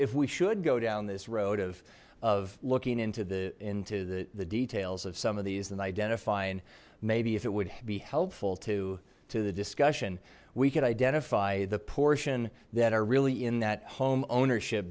if we should go down this road of looking into the into the the details of some of these than identifying maybe if it would be helpful to to the discussion we could identify the portion that are really in that home ownership